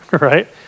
right